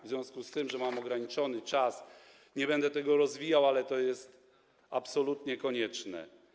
W związku z tym, że mam ograniczony czas, nie będę tego tematu rozwijał, ale to jest absolutnie konieczne.